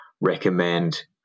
recommend